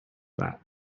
that